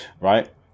right